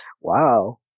wow